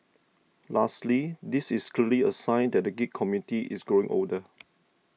lastly this is clearly a sign that the geek community is growing older